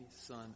Son